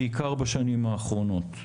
בעיקר בשנים האחרונות.